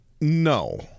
No